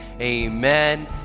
amen